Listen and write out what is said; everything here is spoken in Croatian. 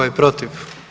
je protiv?